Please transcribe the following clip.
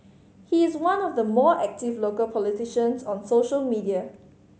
he is one of the more active local politicians on social media